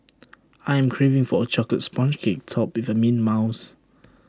I am craving for A Chocolate Sponge Cake Topped with Mint Mousse